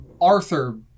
Arthur